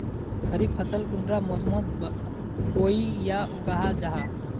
खरीफ फसल कुंडा मोसमोत बोई या उगाहा जाहा?